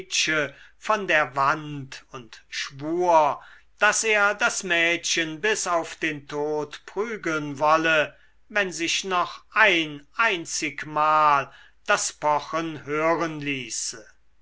von der wand und schwur daß er das mädchen bis auf den tod prügeln wolle wenn sich noch ein einzigmal das pochen hören ließe